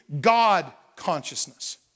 God-consciousness